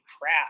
crap